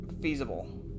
Feasible